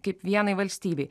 kaip vienai valstybei